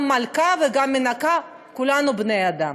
גם מלכה וגם מנקה, כולנו בני-אדם.